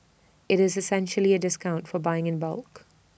IT is essentially A discount for buying in bulk